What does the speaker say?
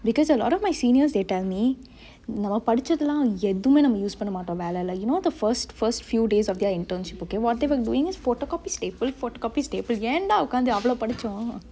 because a lot of my seniors they tell me நம்ம படிச்சுதுலா எதுவுமே நம்ம:namme padichuthulaa ethuvume namme use பன்ன மாட்டோ வேலைல:panne maato velele like you know the first first few days of their intern whatever going photocopy staple photocopy staple ஏன்டா ஒக்காந்தி அவளோ படுச்சோ:yendaa okkanthi avalo padicho